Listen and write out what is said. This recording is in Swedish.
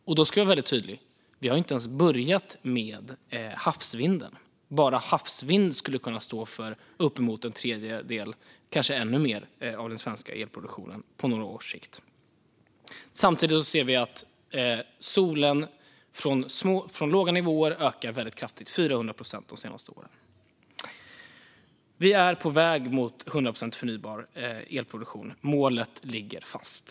Och jag ska vara väldigt tydlig: Vi har inte ens börjat med havsvinden. Bara havsvind skulle kunna stå för uppemot en tredjedel, eller kanske ännu mer, av den svenska elproduktionen på några års sikt. Samtidigt ser vi att solenergi ökar kraftigt från låga nivåer. Det har ökat 400 procent de senaste åren. Vi är på väg mot 100 procent förnybar elproduktion. Målet ligger fast.